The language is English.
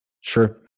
Sure